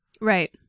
Right